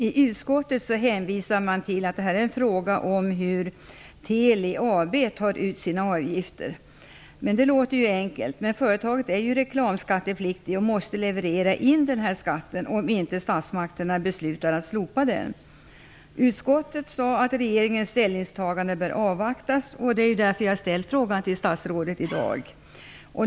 I utskottet hänvisar man till att det är fråga om hur Telia AB tar ut sina avgifter. Det låter ju enkelt. Företaget är reklamskattepliktigt och måste leverera in skatten om inte statsmakterna beslutar att slopa den. Utskottet sade att regeringens ställningstagande bör avvaktas. Det är därför jag har ställt frågan till statsrådet i dag.